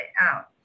out